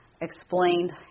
explained